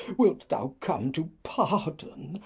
wilt thou come to pardon,